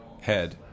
Head